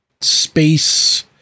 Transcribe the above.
space